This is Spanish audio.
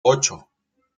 ocho